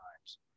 times